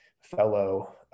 fellow